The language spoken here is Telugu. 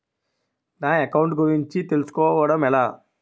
నా అకౌంట్ గురించి తెలుసు కోవడం ఎలా?